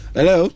Hello